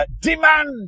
Demand